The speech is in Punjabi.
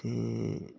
ਅਤੇ